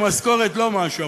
משכורת לא משהו,